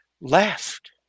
left